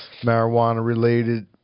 marijuana-related